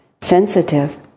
sensitive